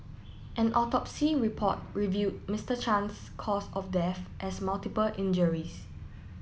an autopsy report revealed Mister Chan's cause of death as multiple injuries